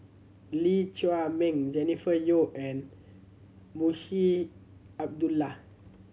Lee Chiaw Meng Jennifer Yeo and Munshi Abdullah